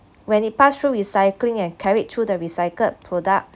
when he passed through recycling and carried through the recycled product